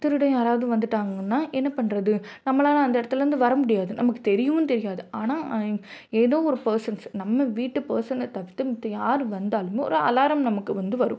திருடன் யாராவது வந்துட்டாங்கன்னால் என்ன பண்ணுறது நம்மளால் அந்த இடத்துலேந்து வர முடியாது நமக்கு தெரியுவும் தெரியாது ஆனால் ஏதோ ஒரு பர்ஸன்ஸ் நம்ம வீட்டு பர்ஸனை தவிர்த்து மத்த யாரும் வந்தாலும் ஒரு அலாரம் நமக்கு வந்து வரும்